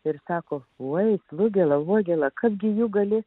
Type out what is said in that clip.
ir teko nueiti nugelia vagilė kaipgi ji gali